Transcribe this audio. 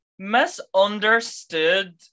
misunderstood